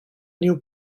new